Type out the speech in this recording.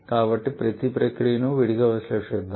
కాబట్టి ప్రతి ప్రక్రియను విడిగా విశ్లేషిద్దాం